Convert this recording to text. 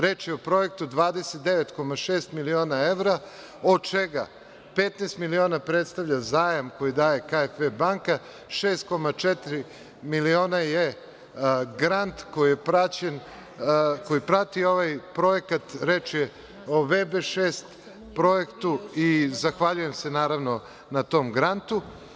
Reč je o projektu 29,6 miliona evra, od čega 15 miliona predstavlja zajam koji daje KfW banka, 6,4 miliona je grant koji prati ovaj projekat, reč je o VB-6 projektu i zahvaljujem se, naravno, na tom grantu.